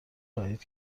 خواهید